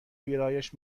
ویرایش